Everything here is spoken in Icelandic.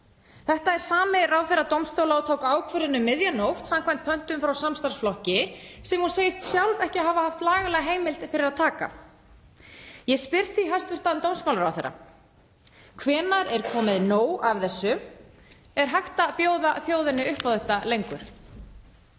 Þetta er sami ráðherra dómstóla og tók ákvörðun um miðja nótt samkvæmt pöntun frá samstarfsflokki sem hún segist sjálf ekki hafa haft lagalega heimild til að taka. Ég spyr því hæstv. dómsmálaráðherra: Hvenær er komið nóg af þessu? Er hægt að bjóða þjóðinni upp á þetta lengur?